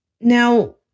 Now